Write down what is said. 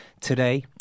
today